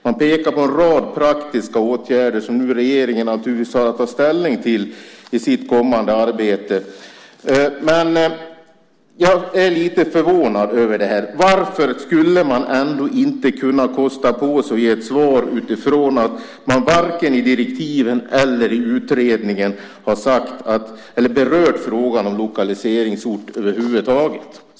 Man pekar på en rad praktiska åtgärder som regeringen nu har att ta ställning till i sitt kommande arbete. Jag är lite förvånad över det här. Varför skulle man ändå inte kunna kosta på sig att ge ett svar utifrån detta att man varken i direktiven eller i utredningen över huvud taget har berört frågan om lokaliseringsort?